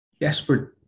desperate